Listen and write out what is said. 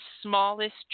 smallest